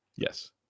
Yes